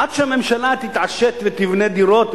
עד שהממשלה תתעשת ותבנה דירות,